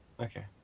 Okay